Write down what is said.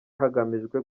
hagamijwe